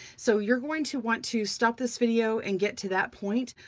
so you're going to want to stop this video and get to that point.